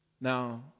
Now